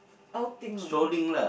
outing only